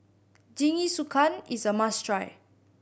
jingisukan is a must try